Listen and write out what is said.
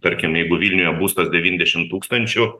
tarkim jeigu vilniuje būstas devyndešimt tūkstančių